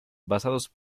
basados